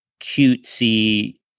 cutesy